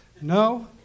No